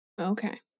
Okay